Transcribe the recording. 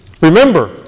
Remember